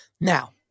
Now